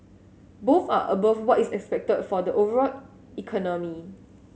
both are above what is expected for the overall economy